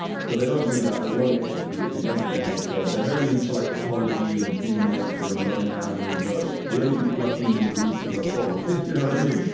so they don't do that, they won't execute, it's against their nature. they're very into like ecology and human nature and loving animals, you know the only people i've seen the middle east who love dogs, you know what i mean?